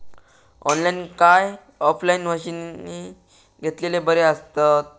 Online काय offline मशीनी घेतलेले बरे आसतात?